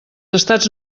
estats